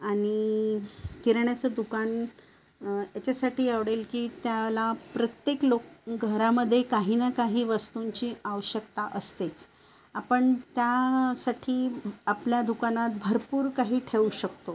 आणि किराण्याचं दुकान याच्यासाठी आवडेल की त्याला प्रत्येक लोक घरामध्ये काही ना काही वस्तूंची आवश्यकता असतेच आपण त्यासाठी आपल्या दुकानात भरपूर काही ठेवू शकतो